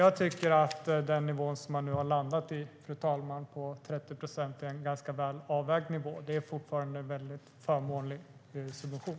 Jag tycker att den nivå som man nu har landat i på 30 procent är en ganska väl avvägd nivå. Det är fortfarande en väldigt förmånlig subvention.